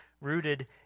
rooted